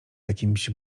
jakimś